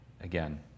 again